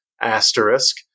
Asterisk